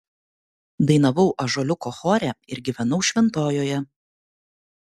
dainavau ąžuoliuko chore ir gyvenau šventojoje